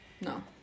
No